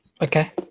Okay